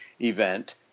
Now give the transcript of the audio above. event